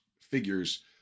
figures